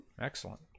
excellent